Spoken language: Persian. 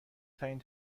ترین